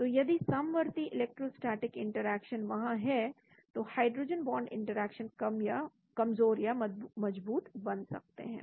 तो यदि समवर्ती इलेक्ट्रोस्टेटिक इंटरेक्शन वहां है तो हाइड्रोजन बॉन्ड इंटरेक्शन कमजोर या मजबूत बन सकते हैं